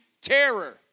terror